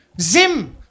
zim